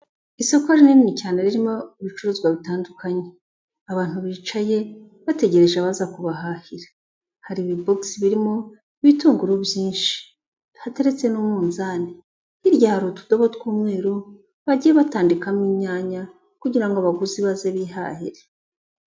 Isoko rinini cyane ririmo ibicuruzwa bitandukanye, abantu bicaye, bategereje abaza kubahahira, hari ibibokisi birimo, ibitunguru byinshi, hateretse n'umunzani, hirya hari utudobo tw'umweru, bagiye batandikamo inyanya, kugira ngo abaguzi baze bihahire.